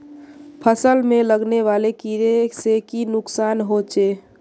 फसल में लगने वाले कीड़े से की नुकसान होचे?